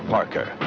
Parker